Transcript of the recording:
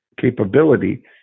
capability